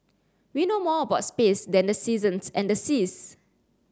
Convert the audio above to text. we know more about space than the seasons and the seas